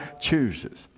chooses